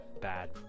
bad